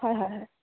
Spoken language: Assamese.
হয় হয় হয়